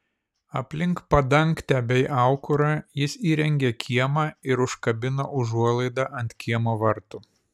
aplink padangtę bei aukurą jis įrengė kiemą ir užkabino užuolaidą ant kiemo vartų